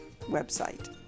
website